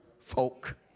folk